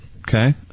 Okay